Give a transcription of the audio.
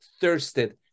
thirsted